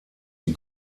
die